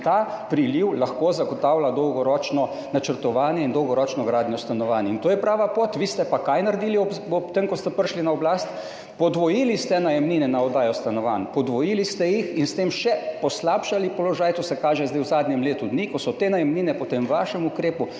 ta priliv lahko zagotavlja dolgoročno načrtovanje in dolgoročno gradnjo stanovanj. In to je prava pot. Kaj ste pa vi naredili ob tem, ko ste prišli na oblast? Podvojili ste najemnine na oddajo stanovanj! Podvojili ste jih in s tem še poslabšali položaj. To se kaže zdaj v zadnjem letu dni, ko so te najemnine po tem vašem ukrepu